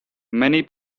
many